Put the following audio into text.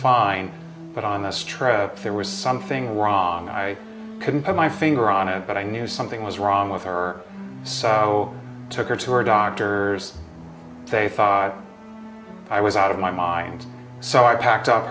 fine but on this trip there was something wrong i couldn't put my finger on it but i knew something was wrong with her so took her to her doctor they five i was out of my mind so i packed up